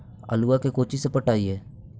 आलुआ के कोचि से पटाइए?